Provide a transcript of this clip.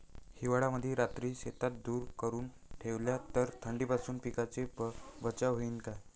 हिवाळ्यामंदी रात्री शेतात धुर करून ठेवला तर थंडीपासून पिकाचा बचाव होईन का?